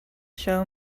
show